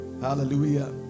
hallelujah